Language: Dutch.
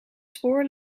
spoor